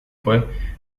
fue